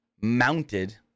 mounted